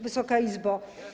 Wysoka Izbo!